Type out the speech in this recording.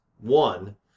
one